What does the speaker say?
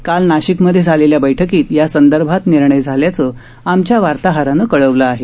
काल नाशिकमध्ये झालेल्या बैठकीत यासंदर्भात निर्णय झाल्याचं आमच्या वार्ताहरानं कळवलं आहे